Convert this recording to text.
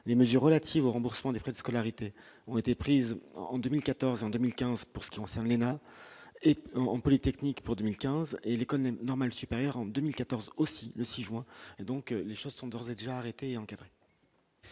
les mesures relatives au remboursement des frais de scolarité ont été prises en 2014 en 2015 pour ce qui concerne l'ENA et techniques pour 2015 et l'économie normale supérieure en 2014 aussi, le 6 juin donc, les choses sont d'ores et déjà arrêté encadré.